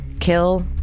kill